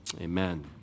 amen